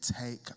take